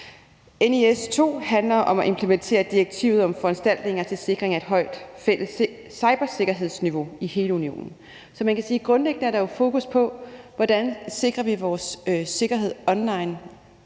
NIS 2 handler om at implementere direktivet om foranstaltninger til sikring af et højt fælles cybersikkerhedsniveau i hele unionen. Så grundlæggende er der jo fokus på, hvordan vi sikrer vores sikkerhed online